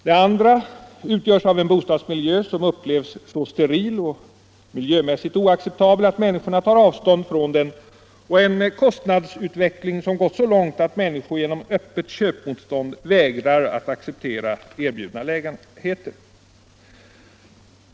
Det andra utgörs av en bostadsmiljö, som upplevs så steril och miljömässigt oacceptabel att människorna tar avstånd från den, och av en kostnadsutveckling som har gått så långt att människor genom öppet köpmotstånd vägrar att acceptera erbjudna lägenheter.